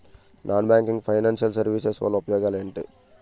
Non banking financial services వల్ల ఉపయోగాలు ఎంటి?